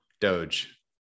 Doge